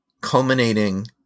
culminating